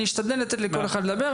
אני אשתדל לתת לכל אחד לדבר,